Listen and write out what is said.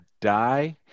die –